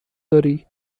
داری